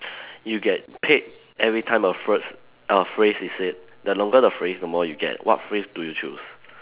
you get paid every time a phrase a phrase is said the longer the phrase the more you get what phrase do you choose